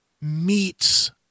meets